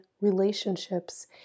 relationships